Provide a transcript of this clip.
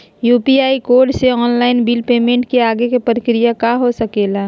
UPI code से online bill payment के आगे के प्रक्रिया का हो सके ला?